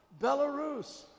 Belarus